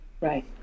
Right